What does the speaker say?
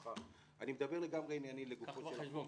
קח בחשבון,